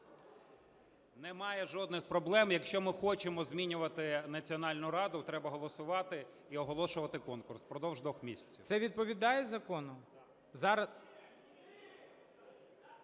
Немає жодних проблем. Якщо ми хочемо змінювати Національну раду, треба голосувати і оголошувати конкурс упродовж двох місяців. ГОЛОВУЮЧИЙ. Це відповідає закону? (Шум